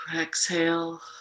exhale